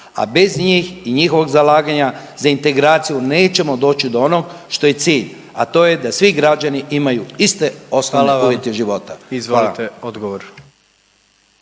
a bez njih i njihovog zalaganja za integraciju nećemo doći do onog što je cilj, a to je da svi građani imaju iste osnovne …/Upadica: Hvala vam./… uvjete života.